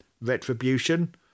Retribution